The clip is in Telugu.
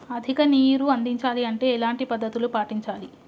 అధిక నీరు అందించాలి అంటే ఎలాంటి పద్ధతులు పాటించాలి?